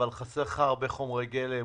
אבל חסרים לך הרבה חומרי גלם,